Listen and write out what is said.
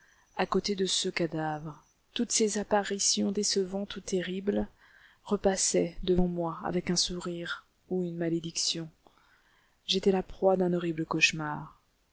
à côté de ce cadavre toutes ces apparitions décevantes ou terribles repassaient devant moi avec un sourire ou une malédiction j'étais la proie d'un horrible cauchemar